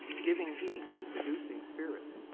giving heed to seducing spirits,